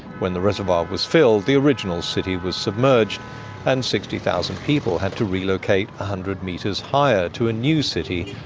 when the reservoir was filled, the original city was submerged and sixty thousand people had to relocate one hundred metres higher to a new city,